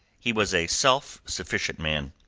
he was a self-sufficient man.